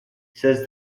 says